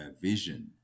vision